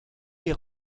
les